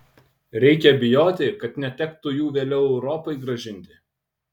reikia bijoti kad netektų jų vėliau europai grąžinti